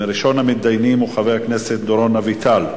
ראשון המתדיינים הוא חבר הכנסת דורון אביטל.